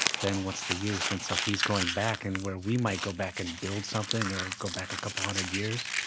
then what's the use? and so he's going back. and where we might go back and build something or go back a couple of hundred years,